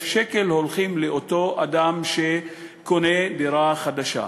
שקל הולכים לאותו אדם שקונה דירה חדשה.